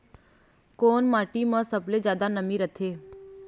कोन माटी म सबले जादा नमी रथे?